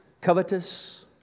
covetous